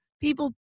people